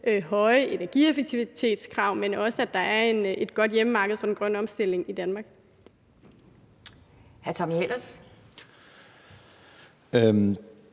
høje energieffektivitetskrav, men også, at der er et godt hjemmemarked for den grønne omstilling i Danmark.